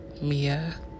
Mia